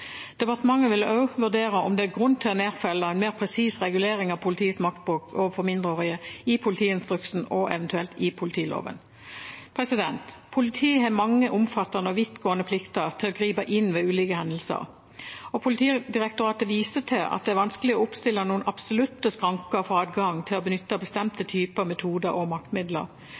Departementet vil også vurdere om det er grunn til å nedfelle en mer presis regulering av politiets maktbruk overfor mindreårige i politiinstruksen og eventuelt i politiloven. Politiet har mange omfattende og vidtgående plikter til å gripe inn ved ulike hendelser. Politidirektoratet viser til at det er vanskelig å oppstille noen absolutte skranker for adgang til å benytte bestemte typer metoder og maktmidler.